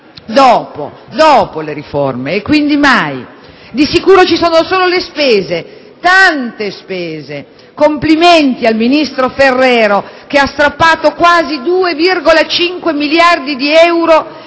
tempo. Dopo, quindi mai. Di sicure ci sono solo le spese, tante spese. Complimenti al ministro Ferrero, che ha strappato quasi 2,5 miliardi di euro